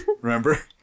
Remember